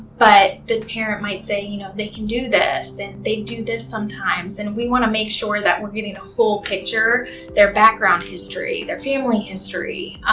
but the parent might say, you know, they can do this and they do this sometimes. and we want to make sure that we're getting a whole picture their background history, their family history.